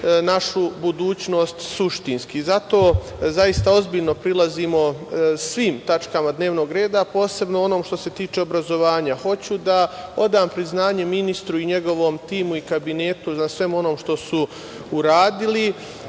našu budućnost suštinski i zaista ozbiljno prilazimo svim tačkama dnevnog reda, a posebnog onog što se tiče obrazovanja. Hoću da odam priznanje ministru i njegovom timu i kabinetu na svemu onom što su uradili,